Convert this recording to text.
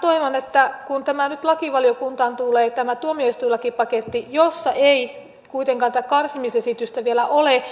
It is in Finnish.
toivon että kun tämä tuomioistuinlakipaketti jossa ei kuitenkaan tätä karsimisesitystä vielä ole